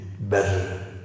better